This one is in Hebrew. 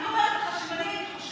אני אומרת לך שאם אני הייתי חושבת